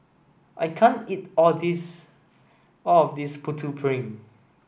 I can't eat all this all of this Putu Piring